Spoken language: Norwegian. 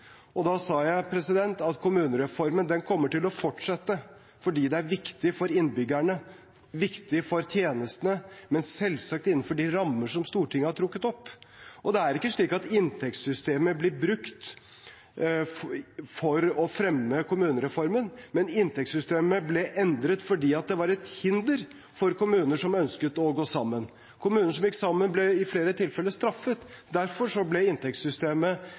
siden. Da sa jeg at kommunereformen kommer til å fortsette fordi det er viktig for innbyggerne, viktig for tjenestene, men selvsagt innenfor de rammer som Stortinget har trukket opp. Det er ikke slik at inntektssystemet blir brukt for å fremme kommunereformen, inntektssystemet ble endret fordi det var et hinder for kommuner som ønsket å gå sammen. Kommuner som gikk sammen, ble i flere tilfeller straffet. Derfor ble inntektssystemet